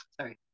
sorry